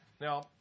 Now